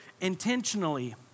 intentionally